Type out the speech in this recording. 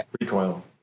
recoil